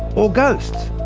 or ghosts.